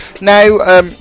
Now